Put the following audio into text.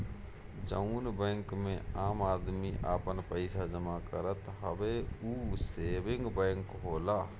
जउन बैंक मे आम आदमी आपन पइसा जमा करत हवे ऊ सेविंग बैंक होला